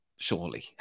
surely